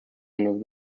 son